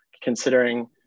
considering